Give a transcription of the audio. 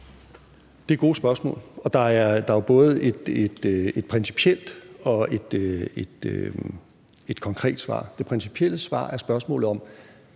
Det er gode spørgsmål. Der er jo både et principielt og et konkret svar. Det principielle svar handler om spørgsmålet om: